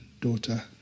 daughter